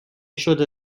شده